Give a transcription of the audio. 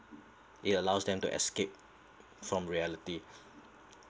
it allows them to escape from reality